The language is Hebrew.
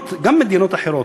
גם במדינות אחרות,